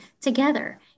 together